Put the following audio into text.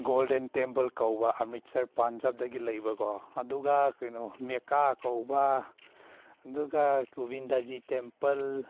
golden temple ꯀꯧꯕ ꯑꯃ꯭ꯔꯤꯠꯁꯔ ꯄꯟꯖꯥꯕꯇꯒꯤ ꯂꯩꯕꯀꯣ ꯑꯗꯨꯒ ꯀꯩꯅꯣ ꯃꯦꯀꯥ ꯀꯧꯕ ꯑꯗꯨꯒ ꯒꯣꯕꯤꯟꯗꯖꯤ ꯇꯦꯝꯄꯜ